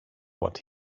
what